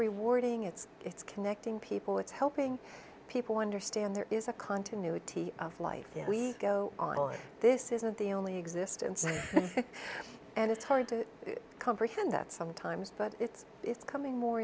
rewarding it's it's connecting people it's helping people understand there is a continuity of life we go on this isn't the only existence and it's hard to comprehend that sometimes but it's it's coming more